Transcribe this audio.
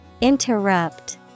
Interrupt